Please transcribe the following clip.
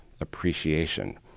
appreciation